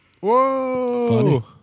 Whoa